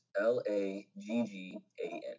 L-A-G-G-A-N